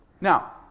Now